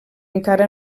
encara